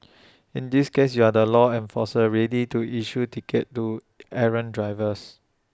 in this case you are the law enforcer ready to issue tickets to errant drivers